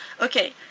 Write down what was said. Okay